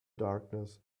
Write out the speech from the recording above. darkness